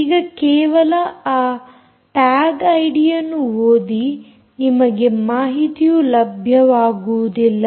ಈಗ ಕೇವಲ ಆ ಟ್ಯಾಗ್ ಐಡಿಯನ್ನು ಓದಿ ನಿಮಗೆ ಮಾಹಿತಿಯು ಲಭ್ಯವಾಗುವುದಿಲ್ಲ